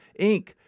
Inc